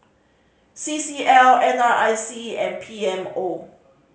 C C L N R I C and P M O